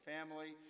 Family